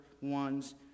ones